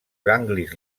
ganglis